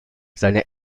seine